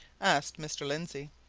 asked mr. lindsey.